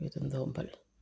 விருந்தோம்பல்